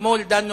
אתמול דנו